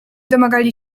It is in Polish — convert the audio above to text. domagali